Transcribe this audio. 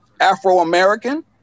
Afro-American